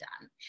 done